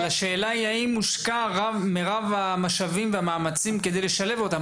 אבל השאלה היא האם מושקעים מירב המשאבים והמאמצים כדי לשלב אותם.